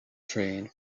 trained